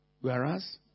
Whereas